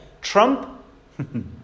Trump